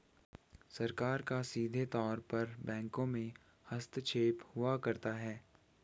सरकार का सीधे तौर पर बैंकों में हस्तक्षेप हुआ करता है